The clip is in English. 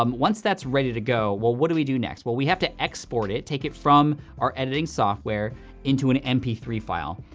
um once that's ready to go, well, what do we do next? well, we have to export it, take it from our editing software into an m p three file.